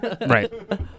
Right